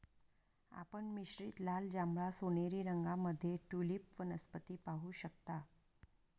आपण मिश्रित लाल, जांभळा, सोनेरी रंगांमध्ये ट्यूलिप वनस्पती पाहू शकता